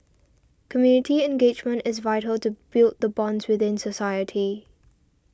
community engagement is vital to build the bonds within society